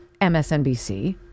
MSNBC